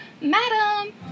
Madam